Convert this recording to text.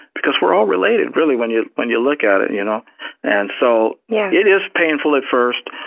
because we're all related, really, when you when you look at it. you know and so, yeah it is painful at first,